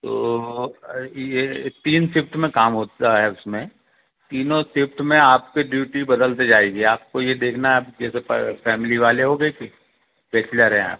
तो ये तीन शिफ्ट में काम होता है उसमें तीनों शिफ्ट में आपकी ड्यूटी बदलते जायेगी आपको ये देखना है जैसे फ़ैमिली वाले हो कि बैचलर हैं आप